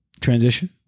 Transition